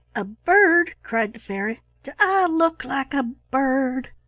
a bird! cried the fairy. do i look like a bird?